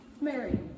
Mary